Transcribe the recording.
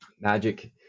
magic